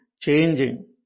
changing